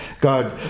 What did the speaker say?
God